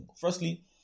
Firstly